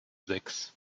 sechs